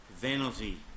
vanity